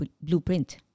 blueprint